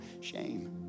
shame